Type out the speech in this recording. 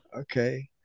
Okay